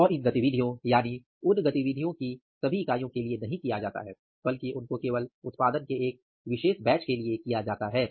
और इन गतिविधियों यानि उन गतिविधियों को सभी इकाइयों के लिए नहीं किया जाता है बल्कि उनको केवल उत्पादन के एक विशेष बैच के लिए किया जाता है